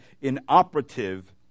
inoperative